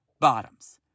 bottoms